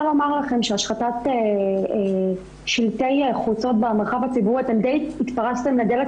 השחתת שלטי חוצות במרחב הציבורי די התפרצתם פה לדלת